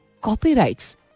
copyrights